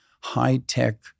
high-tech